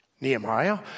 Nehemiah